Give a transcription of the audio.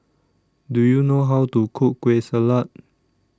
Do YOU know How to Cook Kueh Salat